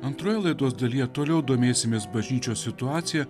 antroje laidos dalyje toliau domėsimės bažnyčios situacija